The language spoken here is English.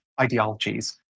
ideologies